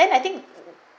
that I think